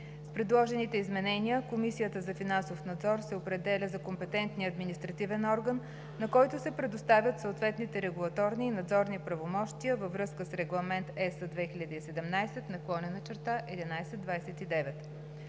С предложените изменения Комисията за финансов надзор се определя за компетентния административен орган, на който се предоставят съответните регулаторни и надзорни правомощия във връзка с Регламент (ЕС) 2017/1129.